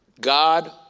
God